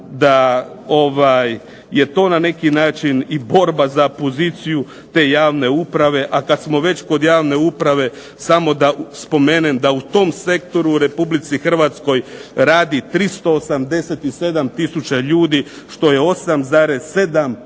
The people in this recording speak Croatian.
da je to na neki način i borba za poziciju te javne uprave. A kad smo već kod javne uprave samo da spomenem da u tom sektoru u Republici Hrvatskoj radi 387000 ljudi što je 8,7%